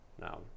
Now